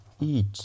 eat